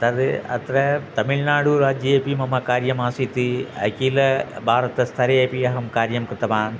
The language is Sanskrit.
तद् अत्र तमिळ्नाडुराज्ये अपि मम कार्यम् आसीत् अखिलभारतस्तरे अपि अहं कार्यं कृतवान्